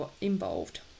involved